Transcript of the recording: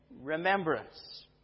remembrance